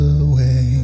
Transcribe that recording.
away